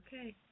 Okay